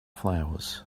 flowers